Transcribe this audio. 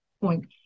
point